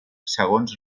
segons